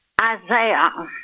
Isaiah